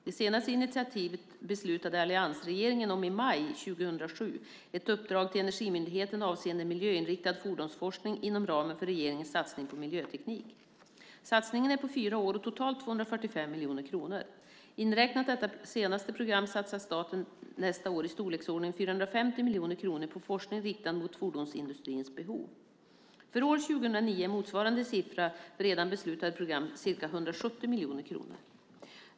Det senaste initiativet beslutade alliansregeringen om i maj 2007, ett uppdrag till Energimyndigheten avseende miljöinriktad fordonsforskning inom ramen för regeringens satsning på miljöteknik. Satsningen är på fyra år och totalt 245 miljoner kronor. Inräknat detta senaste program satsar staten nästa år i storleksordningen 450 miljoner kronor på forskning riktad mot fordonsindustrins behov. För år 2009 är motsvarande siffra för redan beslutade program ca 170 miljoner kronor.